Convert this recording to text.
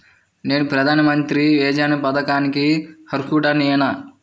నేను ప్రధాని మంత్రి యోజన పథకానికి అర్హుడ నేన?